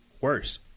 worse